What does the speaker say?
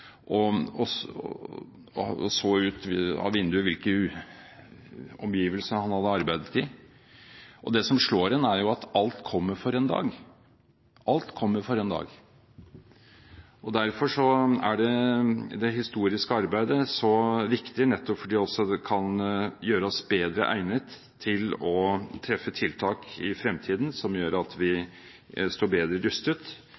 og så fra vinduet hvilke omgivelser han hadde arbeidet i. Og det som slår en, er at alt kommer for en dag – alt kommer for en dag. Derfor er det historiske arbeidet så viktig nettopp fordi det også kan gjøre oss bedre egnet til å treffe tiltak i fremtiden som gjør at vi står bedre rustet,